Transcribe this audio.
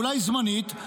אולי זמנית,